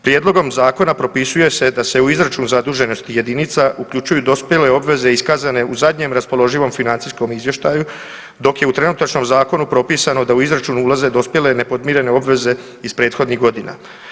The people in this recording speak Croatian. Prijedlogom zakona propisuje se da se u izračunu zaduženosti jedinica uključuju dospjele obveze iskazane u zadnjem raspoloživom financijskom izvještaju dok je u trenutačnom zakonu propisano da u izračunu ulaze dospjele nepodmirene obveze iz prethodnih godina.